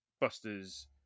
Busters